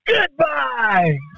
Goodbye